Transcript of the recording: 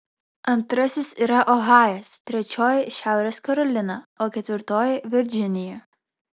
antrasis yra ohajas trečioji šiaurės karolina o ketvirtoji virdžinija